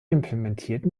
implementieren